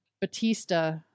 Batista